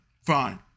Fine